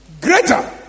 Greater